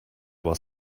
while